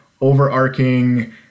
overarching